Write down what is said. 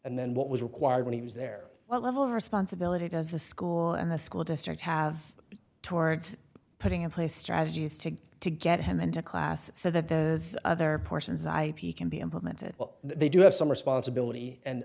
and then what was required when he was there a level of responsibility does the school and the school districts have towards putting in place strategies to to get him into class so that there's other portions that i can be implemented what they do have some responsibility and